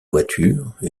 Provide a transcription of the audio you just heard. voitures